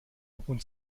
und